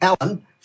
Alan